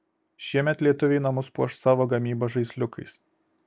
šiemet lietuviai namus puoš savos gamybos žaisliukais